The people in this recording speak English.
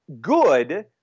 good